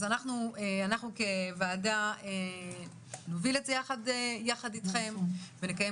אז אנחנו כוועדה נוביל את זה יחד אתכם ונקיים